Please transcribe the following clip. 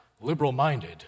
liberal-minded